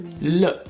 look